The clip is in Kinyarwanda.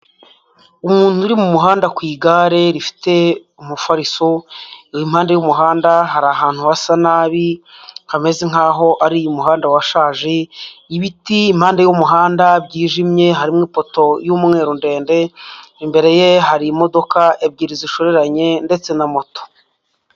Umuntu uri mu muhanda ku igare rifite umufariso, impande y'umuhanda hari ahantu hasa nabi hameze nkaho ari umuhanda washaje. Ibiti impande y'umuhanda byijimye harimo ipoto y'umweru ndende, imbere ye hari imodoka ebyiri zishoreranye ndetse na moto.